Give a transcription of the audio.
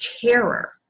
terror